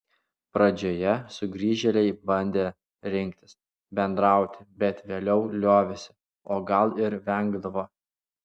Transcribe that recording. pradžioje sugrįžėliai bandė rinktis bendrauti bet vėliau liovėsi o gal ir vengdavo